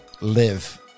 live